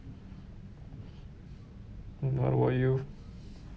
what about you